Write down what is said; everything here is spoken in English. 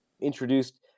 introduced